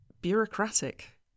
bureaucratic